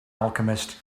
alchemist